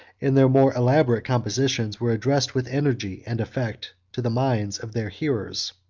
and their more elaborate compositions were addressed with energy and effect to the minds of their hearers.